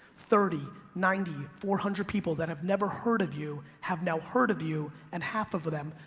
thirty, ninety, four hundred people that have never heard of you have now heard of you and half of them,